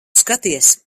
skaties